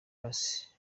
bus